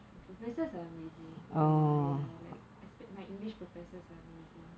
the professors are amazing uh ya like espe~ my english professors are amazing